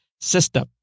system